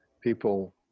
People